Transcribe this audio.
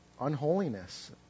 unholiness